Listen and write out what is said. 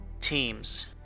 teams